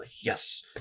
Yes